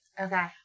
Okay